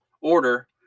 order